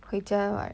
回家 right